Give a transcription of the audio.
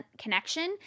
connection